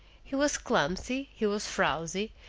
he was clumsy, he was frowsy,